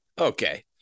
Okay